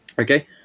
Okay